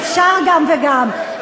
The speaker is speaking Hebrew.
אי-אפשר גם וגם.